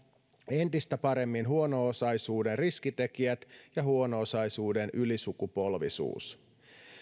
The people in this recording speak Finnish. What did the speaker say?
entistä paremmin huono osaisuuden riskitekijät ja huono osaisuuden ylisukupolvisuus